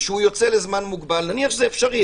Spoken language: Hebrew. והוא יוצא לזמן מוגבל נניח שזה אפשרי,